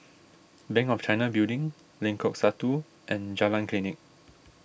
Bank of China Building Lengkok Satu and Jalan Klinik